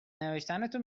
نوشتنو